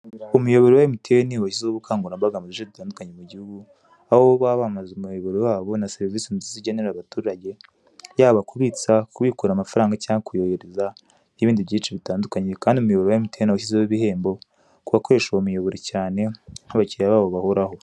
Umubyoboro wa emutiyeni washyizeho ubukangurambaga mu bice bitandukanye by'igihugu, aho baba bamamaza umuyoboro wa bo na serivise nziza igenera abaturage, yaba kubitsa, kubikura amafaranga cyangwa kuyohereza, n'ibindi byinshi bitandukanye kandi umuyoboro wa emutiyeni washyizeho ibihembo kubakoresha uwo muyoboro cyane, aho abakiliya babo bahoraho.